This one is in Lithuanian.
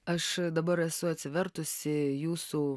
aš dabar esu atsivertusi jūsų